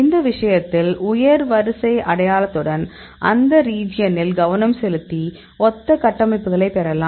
இந்த விஷயத்தில் உயர் வரிசை அடையாளத்துடன் அந்த ரீஜியனில் கவனம் செலுத்தி ஒத்த கட்டமைப்புகளைப் பெறலாம்